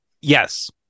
Yes